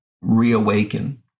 reawaken